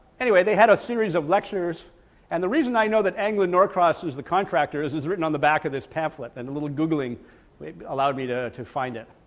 anyway they had a series of lectures and the reason i know that anglin and norcross is the contractor, is it's written on the back of this pamphlet and a little googling allowed me to to find it.